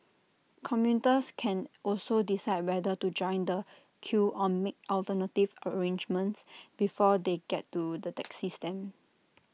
commuters can also decide whether to join the queue or make alternative arrangements before they get to the taxi stand